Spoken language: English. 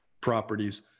properties